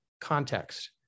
context